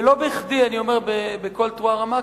ולא בכדי אני אומר בקול תרועה רמה,